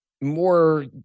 more